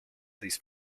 these